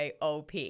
op